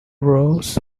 rose